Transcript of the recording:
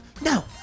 No